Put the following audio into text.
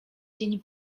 dzień